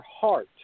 heart